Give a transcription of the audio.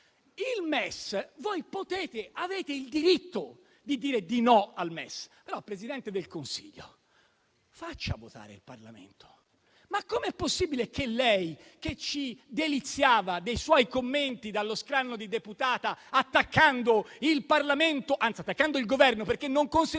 il MES. Voi avete il diritto di dire di no al MES. Ma, Presidente del Consiglio, faccia votare il Parlamento. Come è possibile che lei, che ci deliziava dei suoi commenti dallo scranno di deputata attaccando il Governo perché non